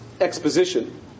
exposition